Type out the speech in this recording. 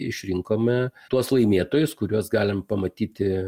išrinkome tuos laimėtojus kuriuos galime pamatyti